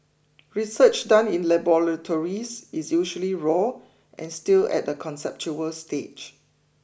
research done in laboratories is usually raw and still at a conceptual stage